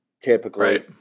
typically